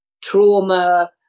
trauma